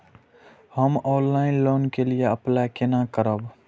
हम online loan के लिए अप्लाई केना करब?